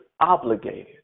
obligated